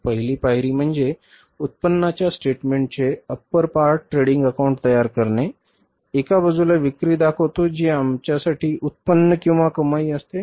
पहिली पायरी म्हणजे उत्पन्नाच्या स्टेटमेंटचे upper part Trading Account तयार करणे एका बाजूला विक्री दाखवतो जी आपल्यासाठी उत्पन्न किंवा कमाई असते